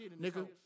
Nigga